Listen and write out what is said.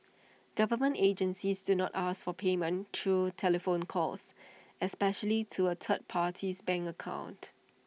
government agencies do not ask for payment through telephone calls especially to A third party's bank account